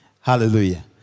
Hallelujah